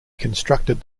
constructed